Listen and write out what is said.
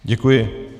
Děkuji.